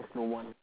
there's no one